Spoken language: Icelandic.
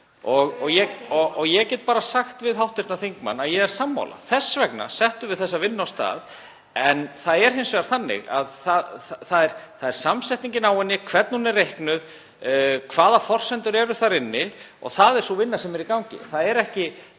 og ég get bara sagt við hv. þingmann að ég er sammála. Þess vegna settum við þessa vinnu af stað. En það er hins vegar þannig að samsetningin á viðmiðinu, hvernig það er reiknað, hvaða forsendur eru þar inni — það er sú vinna sem er í gangi.